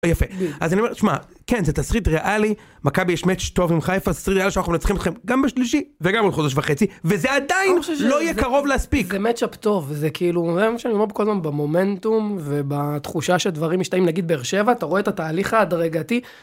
יפה, אז אני אומר, שמע, כן, זה תסריט ריאלי, מכבי יש מאץ׳ טוב עם חיפה, זה תסריט ריאלי שאנחנו מנצחים אתכם גם בשלישי וגם עוד חודש וחצי, וזה עדיין לא יהיה קרוב להספיק. זה מאצ'אפ טוב, זה כאילו, זה מה שאני אומר כל הזמן, במומנטום ובתחושה שדברים משתנים, נגיד באר שבע, אתה רואה את התהליך ההדרגתי.